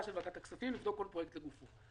של ועדת הכספים לבדוק כל פרויקט לגופו.